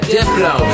Diplo